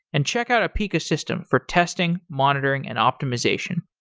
and check out apica system for testing, monitoring, and optimization.